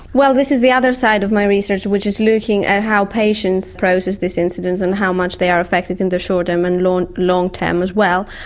well, this is the other side of my research which is looking at how patients process these incidents and how much they are affected in the short term and long long term as well.